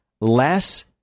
Less